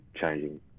changing